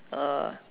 uh